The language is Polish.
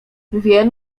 wiem